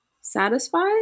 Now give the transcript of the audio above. satisfied